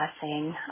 blessing